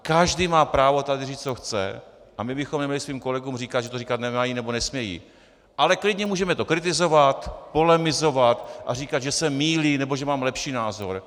Každý má právo tady říct, co chce, a my bychom neměli svým kolegům říkat, že to říkat nemají nebo nesmějí, ale klidně to můžeme kritizovat, polemizovat a říkat, že se mýlím nebo že mám lepší názor.